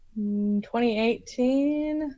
2018